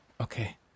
Okay